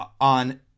on